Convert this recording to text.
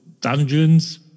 dungeons